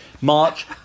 march